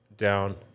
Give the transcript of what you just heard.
down